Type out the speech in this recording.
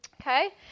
okay